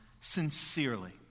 sincerely